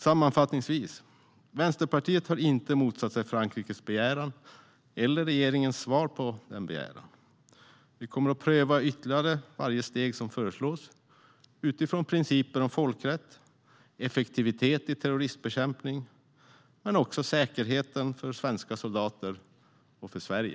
Sammanfattningsvis: Vänsterpartiet har inte motsatt sig Frankrikes begäran eller regeringens svar på denna begäran. Vi kommer att pröva varje ytterligare steg som föreslås utifrån principen om folkrätt, effektiviteten i terroristbekämpningen och säkerheten för svenska soldater och Sverige.